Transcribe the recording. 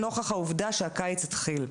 נוכח העובדה שהקיץ התחיל.